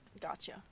Gotcha